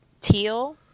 teal